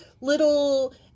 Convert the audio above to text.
little